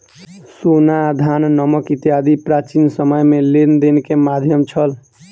सोना, धान, नमक इत्यादि प्राचीन समय में लेन देन के माध्यम छल